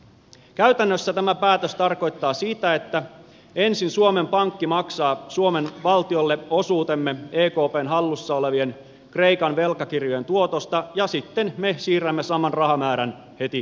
käytännössä tämä päätös tarkoittaa sitä että ensin suomen pankki maksaa suomen valtiolle osuutemme ekpn hallussa olevien kreikan velkakirjojen tuotosta ja sitten me siirrämme saman rahamäärän heti kreikalle